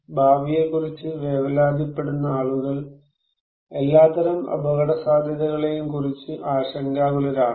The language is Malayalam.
ഭാവിയെക്കുറിച്ച് വേവലാതിപ്പെടുന്ന ആളുകൾ എല്ലാത്തരം അപകടസാധ്യതകളെയും കുറിച്ച് ആശങ്കാകുലരാണോ